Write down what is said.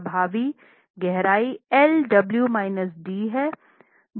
प्रभावी गहराई l w d है जो d प्रभावी है